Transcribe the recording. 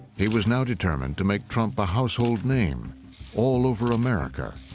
he was now determined to make trump a household name all over america.